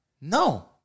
No